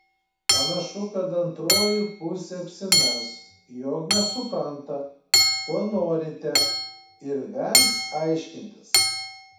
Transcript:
panašu kad antroji pusė apsimes jog nesupranta ko norite ir vengs aiškintis